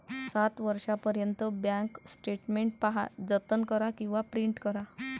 सात वर्षांपर्यंत bank statement पहा, जतन करा किंवा प्रिंट करा